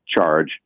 Charge